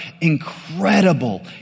incredible